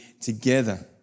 together